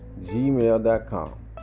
Gmail.com